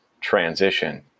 transition